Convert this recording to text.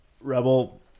Rebel